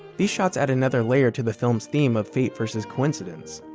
these shots add another layer to the film's theme of fate versus coincidence.